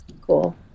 cool